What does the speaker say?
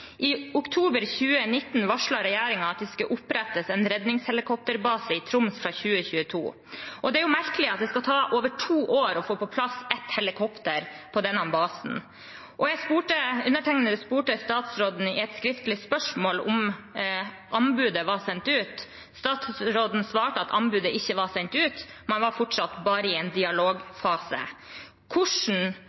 I oktober 2019 varslet regjeringen at det skulle opprettes en redningshelikopterbase i Troms fra 2022. Det er merkelig at det skal to år å få på plass ett helikopter på denne basen. Undertegnede spurte statsråden i et skriftlig spørsmål om anbudet var sendt ut. Statsråden svarte at anbudet ikke var sendt ut. Man var fortsatt bare i en dialogfase. Hvordan